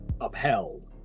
upheld